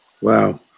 Wow